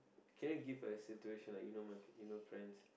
can you give a situation like you know you know friends